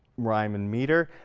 rhyme and meter,